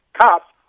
cops